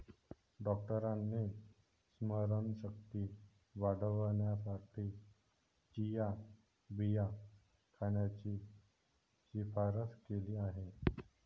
डॉक्टरांनी स्मरणशक्ती वाढवण्यासाठी चिया बिया खाण्याची शिफारस केली आहे